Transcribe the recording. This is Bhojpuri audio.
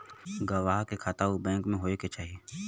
गवाह के खाता उ बैंक में होए के चाही